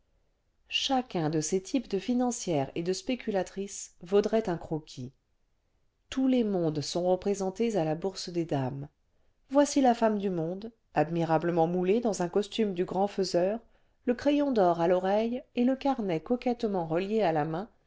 chacun cle ces types de financières et de spéculatrices vaudrait un croquis tous les mondes sont représentés à la bourse des dames voici la femme du monde admirablement moulée dans un costume du grand faiseur le crayon d'or à l'oreille et le carnet coquettement relié à la main